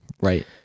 Right